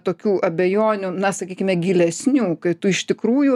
tokių abejonių na sakykime gilesnių kai tu iš tikrųjų